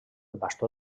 bastó